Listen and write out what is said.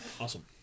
Awesome